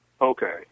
Okay